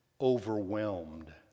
overwhelmed